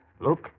Look